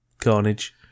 carnage